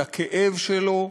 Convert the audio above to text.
על הכאב שלו,